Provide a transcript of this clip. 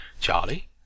Charlie